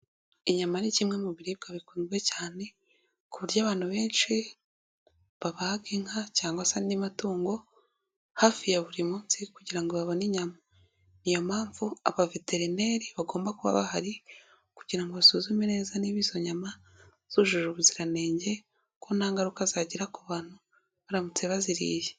Inyama ni kimwe mu biribwa bikundwa cyane, ku buryo abantu benshi babaga inka cyangwa se andi matungo, hafi ya buri munsi kugira ngo babone inyama, niyo mpamvu abaveterineri bagomba kuba bahari kugira ngo basuzume neza niba izo nyama zujuje ubuziranenge, ko nta ngaruka zagira ku bantu baramutse baziriye.